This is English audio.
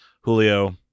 Julio